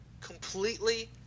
completely